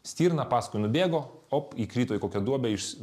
stirną paskui nubėgo op įkrito į duobę iš